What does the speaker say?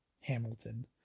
Hamilton